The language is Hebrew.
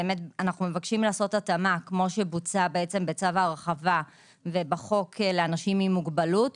אנו מבקשים לעשות התאמה כפי שבוצע בצו ההרחבה ובחוק לאנשים עם מוגבלות,